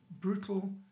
brutal